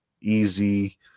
easy